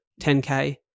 10k